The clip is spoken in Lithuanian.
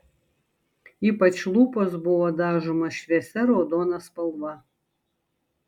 ypač lūpos buvo dažomos šviesia raudona spalva